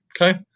Okay